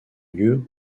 lieu